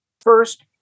First